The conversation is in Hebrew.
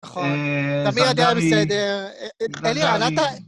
נכון, תמיר, הדעה בסדר, אלי, אתה...